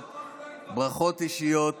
ברכות אישיות